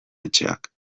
etxeak